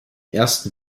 ersten